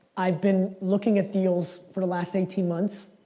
i've been looking at deals for the last eighteen months.